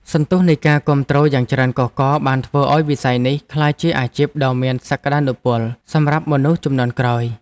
សន្ទុះនៃការគាំទ្រយ៉ាងច្រើនកុះករបានធ្វើឱ្យវិស័យនេះក្លាយជាអាជីពដ៏មានសក្តានុពលសម្រាប់មនុស្សជំនាន់ក្រោយ។